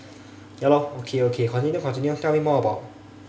ya lor okay okay continue continue tell me more about